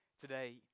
today